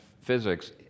physics